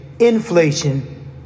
inflation